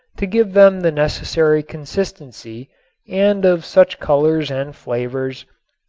to give them the necessary consistency and of such colors and flavors,